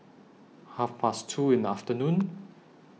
Half Past two in The afternoon